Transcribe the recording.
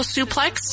Suplex